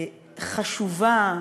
חשובה,